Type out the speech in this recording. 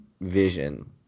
vision